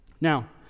Now